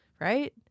Right